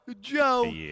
Joe